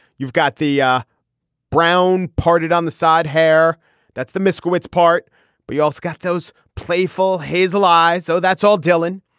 you've got the ah brown parted on the side hair that's the moskowitz part but you also got those playful hazel eyes. oh that's all dylan.